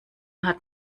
hat